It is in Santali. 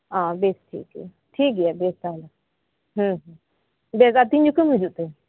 ᱚᱻ ᱵᱮᱥ ᱴᱷᱤᱠ ᱜᱮᱭᱟ ᱴᱷᱤᱠ ᱜᱮᱭᱟ ᱵᱮᱥ ᱛᱟᱦᱞᱮ ᱦᱮᱸ ᱦᱮᱸ ᱵᱮᱥ ᱛᱤᱱ ᱡᱚᱠᱷᱚᱡ ᱮᱢ ᱦᱤᱡᱩᱜ ᱛᱮ